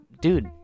Dude